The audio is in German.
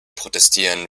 protestieren